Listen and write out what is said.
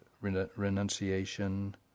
renunciation